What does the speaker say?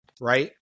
right